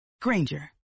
Granger